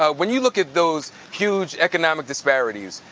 ah when you look at those huge economic disparities,